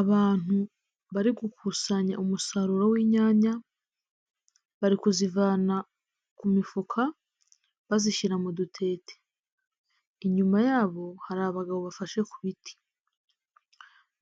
Abantu bari gukusanya umusaruro w'inyanya. Bari kuzivana ku mifuka, bazishyira mu dutete. Inyuma yabo hari abagabo bafashe ku biti.